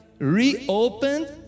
reopened